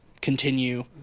continue